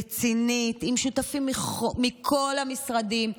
רצינית, עם שותפים מכל המשרדים,